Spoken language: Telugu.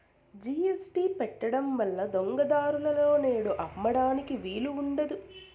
జీ.ఎస్.టీ పెట్టడం వల్ల దొంగ దారులలో నేడు అమ్మడానికి వీలు ఉండదు